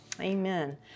amen